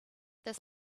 this